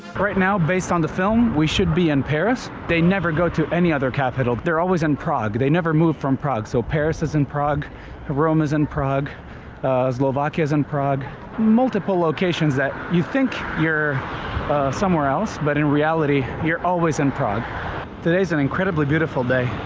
right now based on the film we should be in paris they never go to any other capital they're always in prague they never moved from prague so paris is in prague ah rome is in prague slovakia is in prague multiple locations that you think you're somewhere else but in reality you're always in prague today's an incredibly beautiful day